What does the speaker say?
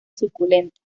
suculenta